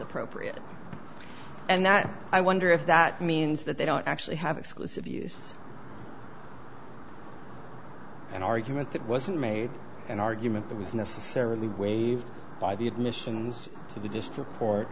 appropriate and that i wonder if that means that they don't actually have exclusive use an argument that wasn't made an argument that was necessarily waived by the admissions to the district court